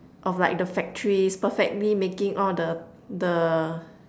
of like the factories perfectly making all the the